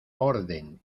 orden